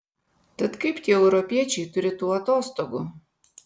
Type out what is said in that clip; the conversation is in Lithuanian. tad kaip tie europiečiai turi tų atostogų